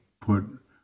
put